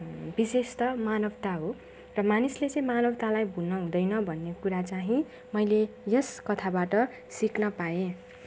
विशेष त मानवता हो र मानिसले चाहिँ मानवतालाई भुल्न हुँदैन भन्ने कुरा चाहिँ मैले यस कथाबाट सिक्न पाएँ